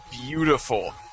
beautiful